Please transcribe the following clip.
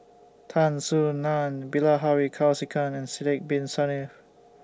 Tan Soo NAN Bilahari Kausikan and Sidek Bin Saniff